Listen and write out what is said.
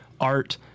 art